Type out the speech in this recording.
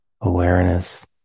awareness